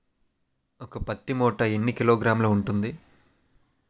ఒక పత్తి మూట ఎన్ని కిలోగ్రాములు ఉంటుంది?